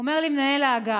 הוא אמר לי: מנהל האגף.